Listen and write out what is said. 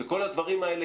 כל הדברים האלה